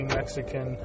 Mexican